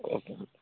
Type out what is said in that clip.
okay madam